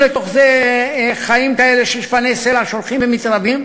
לתוכן חיים כאלה של שפני סלע שהולכים ומתרבים.